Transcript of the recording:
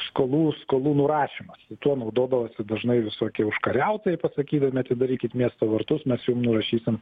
skolų skolų nurašymas ir tuo naudodavosi dažnai visokie užkariautojai pasakydami atidarykit miesto vartus mes jum nurašysim